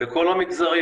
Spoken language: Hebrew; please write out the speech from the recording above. בכל המגזרים,